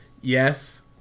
yes